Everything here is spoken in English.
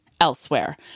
elsewhere